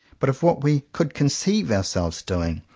but of what we could conceive ourselves doing,